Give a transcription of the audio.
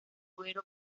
duero